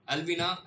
Alvina